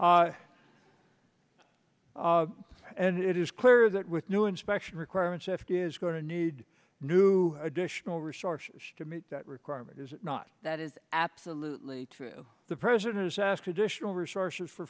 that and it is clear that with new inspection requirements f d a is going to need new additional resources to meet that requirement is it not that is absolutely true the president has asked for additional resources for